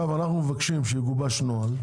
אנחנו מבקשים שיגובש נוהל,